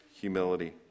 humility